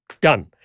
Done